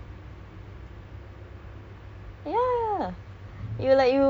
leceh lah it's just part of the routine right sekarang